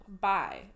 bye